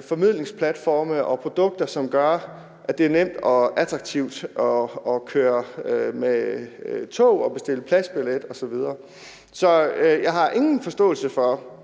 formidlingsplatforme og produkter, som gør, at det er nemt og attraktivt at køre med tog, bestille pladsbillet osv. Så jeg har ingen forståelse for,